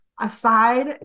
Aside